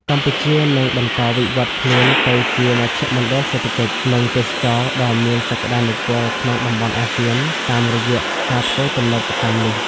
កម្ពុជានឹងបន្តវិវត្តខ្លួនទៅជាមជ្ឈមណ្ឌលសេដ្ឋកិច្ច និងទេសចរណ៍ដ៏មានសក្ដានុពលក្នុងតំបន់អាស៊ាន តាមរយៈការធ្វើទំនើបកម្មនេះ។